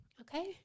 okay